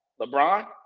LeBron